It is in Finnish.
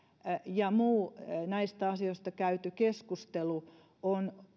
ja muu näistä asioista käyty keskustelu